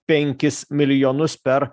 penkis milijonus per